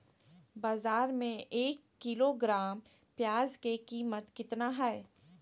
बाजार में एक किलोग्राम प्याज के कीमत कितना हाय?